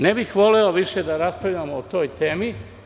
Ne bih voleo da raspravljamo o toj temi.